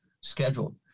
scheduled